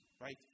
right